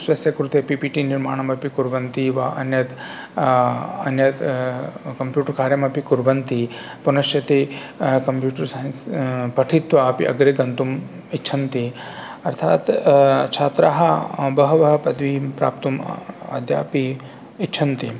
स्वस्य कृते P P T निर्माणमपि कुर्वन्ति वा अन्यत् अन्यत् कम्प्यूटर् कार्यमपि कुर्वन्ति पुनश्च ते कम्प्यूटर् सैन्स् पठित्वा अपि अग्रे गन्तुम् इच्छन्ति अर्थात् छात्राः बहवः पदवीं प्राप्तुम् अद्यापि इच्छन्ति